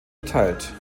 erteilt